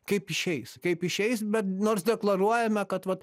kaip išeis kaip išeis bet nors deklaruojame kad vat